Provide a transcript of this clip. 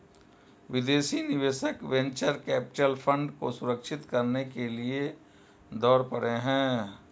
विदेशी निवेशक venture capital fund को सुरक्षित करने के लिए दौड़ पड़े हैं